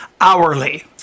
hourly